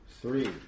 three